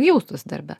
jaustųs darbe